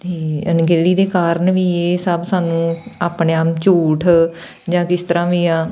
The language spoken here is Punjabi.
ਅਤੇ ਅਣਗਹਿਲੀ ਦੇ ਕਾਰਨ ਵੀ ਇਹ ਸਭ ਸਾਨੂੰ ਆਪਣੇ ਆਪ ਨੂੰ ਝੂਠ ਜਾਂ ਕਿਸ ਤਰ੍ਹਾਂ ਵੀ ਆ